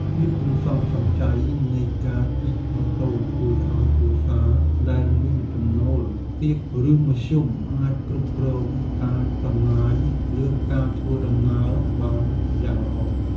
ភាពសន្សំសំចៃនៃការជិះម៉ូតូជួយឱ្យគ្រួសារដែលមានចំណូលទាបឬមធ្យមអាចគ្រប់គ្រងការចំណាយលើការធ្វើដំណើរបានយ៉ាងល្អ។